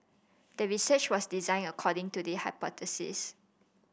the research was designed according to the hypothesis